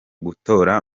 gutora